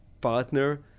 partner